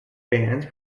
bands